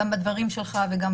אנחנו